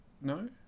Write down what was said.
No